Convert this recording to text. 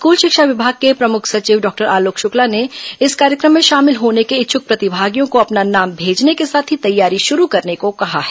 school शिक्षा विभाग के प्रमुख सचिव डॉक्टर आलोक शुक्ला ने इस कार्यक्रम में शामिल होने के इच्छुक प्रतिभागियों को अपना नाम भेजने के साथ ही तैयारी शुरू करने को कहा है